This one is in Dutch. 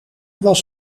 was